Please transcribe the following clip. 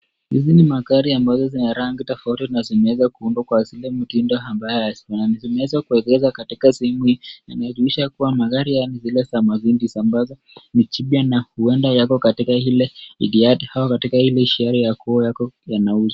Hizi ni magari ambazo zina rangi tofauti na zimeweza kuundwa kwa ile mtindo ambayo, zimeweza kuegeshwa katika sehemu hii. Inahudumisha kwamba magari haya ni zile za mercedes ambazo ni jipya na huenda yako katika hili yard au katika ile ishara ya kuwa yako yanauzwa.